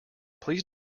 please